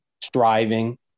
striving